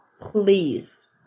please